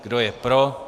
Kdo je pro?